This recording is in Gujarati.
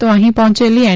તો અહી પહોચેલી એન